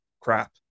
crap